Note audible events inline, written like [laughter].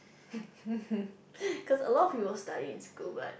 [laughs] cause a lot of people study in school but